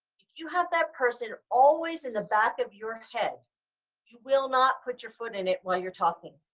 if you have that person always in the back of your head you will not put your foot in it while you're talking.